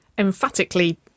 Emphatically